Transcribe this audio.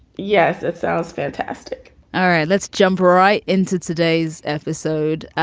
yes. it sounds fantastic all right. let's jump right into today's episode, ah